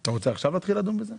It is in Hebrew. אתה רוצה עכשיו להתחיל לדון בזה?